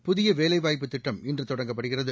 புதிய வேலைவாய்ப்புத் திட்டம் இன்று தொடங்கப்படுகிறது